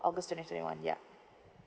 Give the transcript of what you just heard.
august twenty twenty one yup